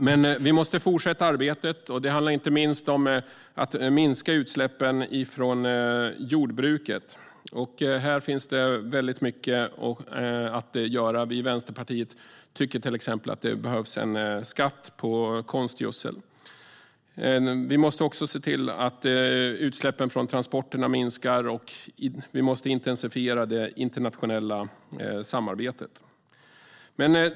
Men vi måste fortsätta arbetet, och det handlar inte minst om att minska utsläppen från jordbruket. Här finns det väldigt mycket att göra. Vi i Vänsterpartiet tycker till exempel att det behövs en skatt på konstgödsel. Vi måste också se till att utsläppen från transporterna minskar och intensifiera det internationella samarbetet.